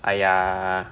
!aiya!